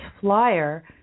flyer